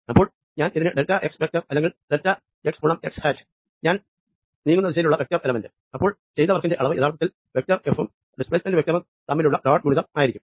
അപ്പോൾ ഞാൻ ഇതിനെ ഡെൽറ്റ എക്സ് വെക്ടർ അല്ലെങ്കിൽ ഡെൽറ്റ എക്സ് ഗുണം എക്സ് ഹാറ്റ് ഞാൻ നീങ്ങുന്ന ദിശയിലുള്ള വെക്ടർ എലമെന്റ് അപ്പോൾ ചെയ്ത വർക്കിന്റെ അളവ് യഥാർത്ഥത്തിൽ വെക്ടർ എഫ് ഉം ഡിസ്പ്ലേസ്മെന്റ് വെക്റ്ററും തമ്മിലുള്ള ഡോട്ട് ഗണിതം ആയിരിക്കും